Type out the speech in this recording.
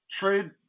trade